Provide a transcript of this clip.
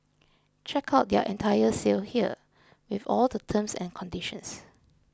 check out their entire sale here with all the terms and conditions